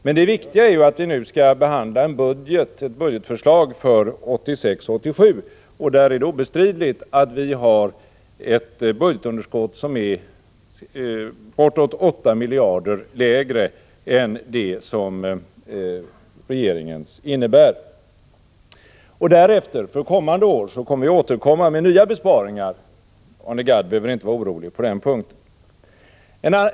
Men det viktiga är att det är obestridligt att vi när det gäller det budgetförslag för 1986/87 som nu skall behandlas har ett budgetunderskott som är bortåt 8 miljarder lägre än det som regeringens budget innebär. Därefter — för kommande år — återkommer vi med nya besparingar; Arne Gadd behöver inte vara orolig på den punkten.